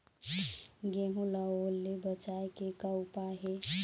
गेहूं ला ओल ले बचाए के का उपाय हे?